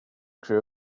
crew